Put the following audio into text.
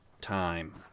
time